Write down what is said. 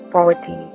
Poverty